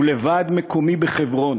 ולוועד מקומי בחברון,